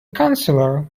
chancellor